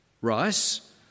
rice